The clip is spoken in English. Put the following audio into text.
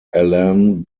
alain